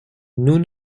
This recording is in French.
nous